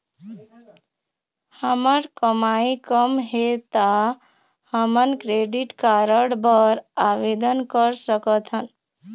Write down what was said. हमर कमाई कम हे ता हमन क्रेडिट कारड बर आवेदन कर सकथन?